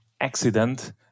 accident